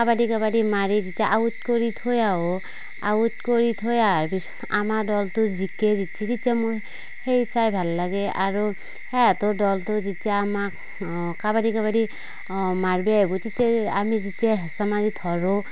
কাবাডী কাবাডী মাৰি যেতিয়া আউট কৰি থৈ আহোঁ আউট কৰি থৈ আহাৰ পিছত আমাৰ দলটো জিকে যেতিয়া তেতিয়া মোৰ সেই চাই ভাল লাগে আৰু সেহেঁতৰ দলটো যেতিয়া আমাক কাবাডী কাবাডী মাৰবা আহিবো তেতিয়া আমি যেতিয়া হেঁচা মাৰি ধৰোঁ